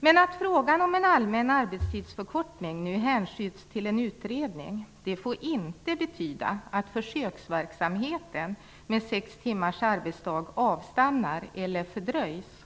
Det faktum att frågan om en allmän arbetstidsförkortning nu hänskjuts till en utredning får inte betyda att försöksverksamheten med sex timmars arbetsdag avstannar eller fördröjs.